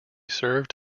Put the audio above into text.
served